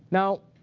now,